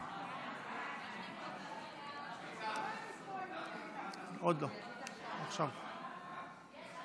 ההצעה להעביר את הצעת חוק למניעת אלימות במשפחה (תיקון,